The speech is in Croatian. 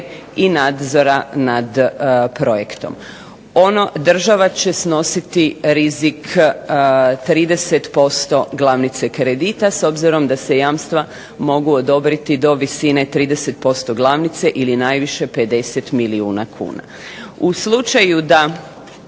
i nadzora nad projektom. Država će snositi rizik 30% glavnice kredita s obzirom da se jamstva mogu odobriti do visine 30% glavnice ili najviše 50 milijuna kuna. U slučaju da